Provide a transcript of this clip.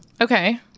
Okay